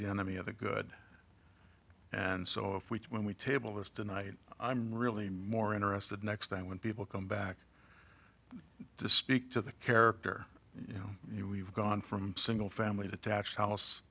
the enemy of the good and so if we when we table this tonight i'm really more interested next time when people come back to speak to the character you know we've gone from single family detached house